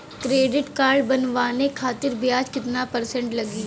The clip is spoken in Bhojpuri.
क्रेडिट कार्ड बनवाने खातिर ब्याज कितना परसेंट लगी?